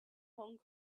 hong